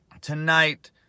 tonight